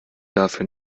dafür